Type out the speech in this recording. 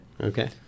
Okay